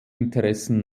interessen